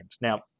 now